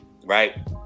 right